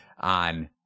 on